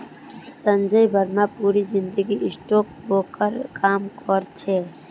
संजय बर्मा पूरी जिंदगी stock broker काम करो छे